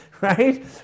right